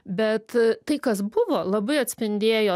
bet tai kas buvo labai atspindėjo